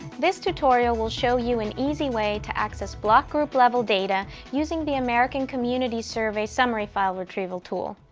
this tutorial will show you an easy way to access block group level data using the american community survey summary file retrieval tool.